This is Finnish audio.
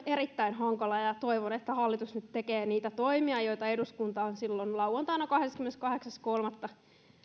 erittäin hankalia ja toivon että hallitus nyt tekee niitä toimia joita eduskunta on silloin lauantaina kahdeskymmeneskahdeksas kolmatta